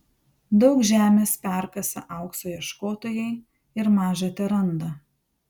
daug žemės perkasa aukso ieškotojai ir maža teranda